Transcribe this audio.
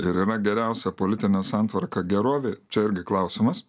ir yra geriausia politinė santvarka gerovei čia irgi klausimas